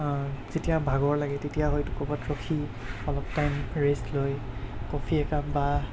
যেতিয়া ভাগৰ লাগে তেতিয়া হয়তো ক'ৰবাত ৰৈ অলপ টাইম ৰেষ্ট লৈ কফি একাপ বা